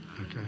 Okay